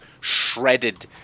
shredded